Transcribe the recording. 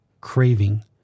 craving